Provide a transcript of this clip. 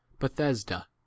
Bethesda